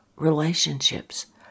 relationships